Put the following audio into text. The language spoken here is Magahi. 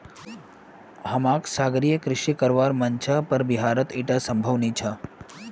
हमाक सागरीय कृषि करवार मन छ पर बिहारत ईटा संभव नी छ